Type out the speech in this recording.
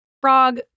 frog